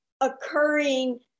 occurring